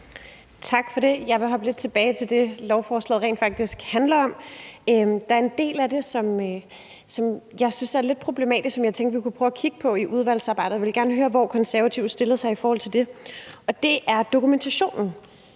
Tak for det. Jeg vil hoppe lidt tilbage til det, som lovforslaget rent faktisk handler om. Der er en del af det, som jeg synes er lidt problematisk, og som vi kunne prøve at kigge på i udvalgsarbejdet, og jeg vil gerne høre, hvor De Konservative stiller sig i forhold til det. Det drejer sig om dokumentationen